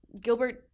Gilbert